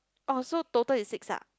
orh so total is six ah